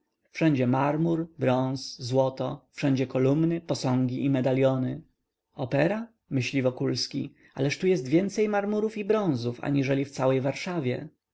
wszędzie marmur bronz złoto wszędzie kolumny posągi i medaliony opera myśli wokulski ależ tu jest więcej marmurów i bronzów aniżeli w całej warszawie